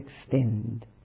extend